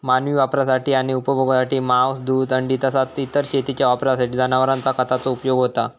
मानवी वापरासाठी आणि उपभोगासाठी मांस, दूध, अंडी तसाच इतर शेतीच्या वापरासाठी जनावरांचा खताचो उपयोग होता